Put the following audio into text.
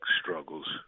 struggles